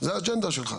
זו האג'נדה שלך.